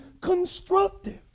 constructive